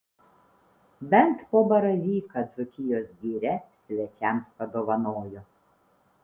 bent po baravyką dzūkijos giria svečiams padovanojo